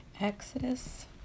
Exodus